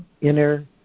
inner